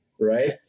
right